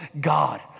God